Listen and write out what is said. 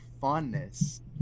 fondness